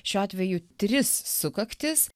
šiuo atveju tris sukaktis